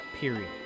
period